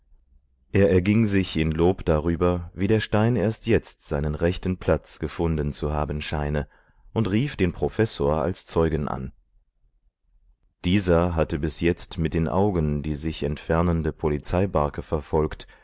er erging sich in lob darüber wie der stein erst jetzt seinen rechten platz gefunden zu haben scheine und rief den professor als zeugen an dieser hatte bis jetzt mit den augen die sich entfernende polizeibarke verfolgt